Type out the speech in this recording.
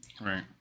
Right